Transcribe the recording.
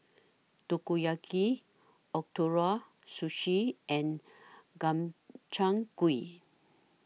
Takoyaki Ootoro Sushi and Gobchang Gui